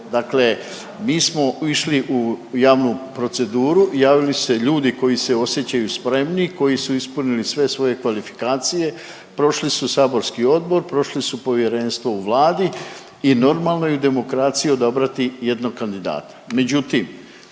Dakle, mi smo išli u javnu proceduru, javili su se ljudi koji se osjećaju spremni, koji su ispunili sve svoje kvalifikacije, prošli su saborski odbor, prošli su povjerenstvo u Vladi i normalno je u demokraciji obrati jednog kandidata.